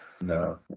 No